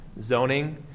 zoning